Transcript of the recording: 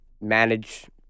manage